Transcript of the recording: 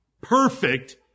perfect